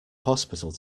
hospital